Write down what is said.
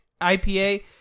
IPA